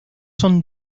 son